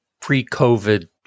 pre-COVID